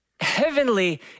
heavenly